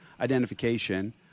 identification